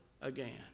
again